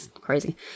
Crazy